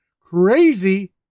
crazy